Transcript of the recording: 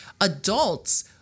adults